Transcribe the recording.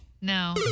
No